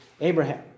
Abraham